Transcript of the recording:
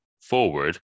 forward